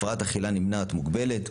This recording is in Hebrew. הפרעת אכילה נמנעת מוגבלת,